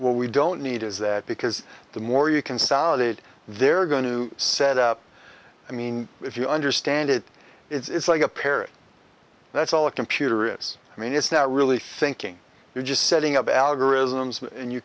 what we don't need is that because the more you consolidate they're going to set up i mean if you understand it it's like a parrot that's all a computer is i mean it's not really thinking you're just setting up algorithms and you